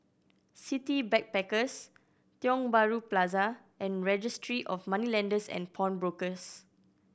City Backpackers Tiong Bahru Plaza and Registry of Moneylenders and Pawnbrokers